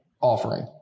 offering